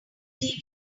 placed